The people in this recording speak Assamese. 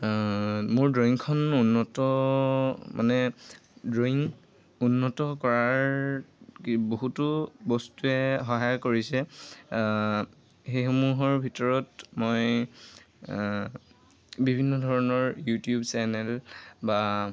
মোৰ ড্ৰয়িংখন উন্নত মানে ড্ৰয়িং উন্নত কৰাৰ বহুতো বস্তুৱে সহায় কৰিছে সেইসমূহৰ ভিতৰত মই বিভিন্ন ধৰণৰ ইউটিউব চেনেল বা